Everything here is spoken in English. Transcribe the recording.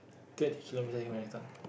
thirty kilometres marathon